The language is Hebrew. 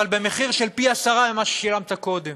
אבל במחיר של פי-עשרה ממה ששילמת קודם.